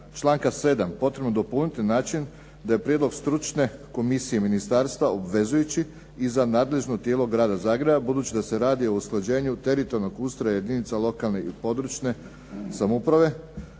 članka 7. potrebno nadopuniti na način da je prijedlog stručne komisije ministarstva obvezujući i za nadležno tijelo grada Zagreba budući da se radi o usklađenju teritorijalnog ustroja jedinica lokalne i područne samouprave